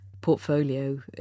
portfolio